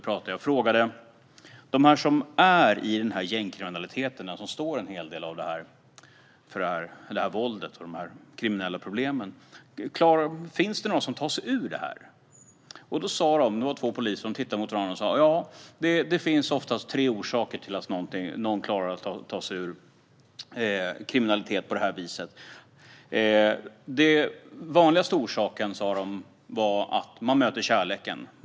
Jag frågade de båda poliserna om det finns några som tar sig ur gängkriminaliteten och våldet. De svarade ja och att det finns tre orsaker till att man klarar att ta sig ur kriminaliteten. Den vanligaste orsaken är att man möter kärleken.